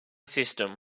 system